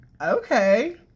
Okay